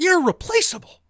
irreplaceable